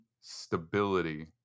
stability